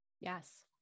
Yes